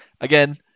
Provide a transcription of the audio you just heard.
Again